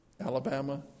Alabama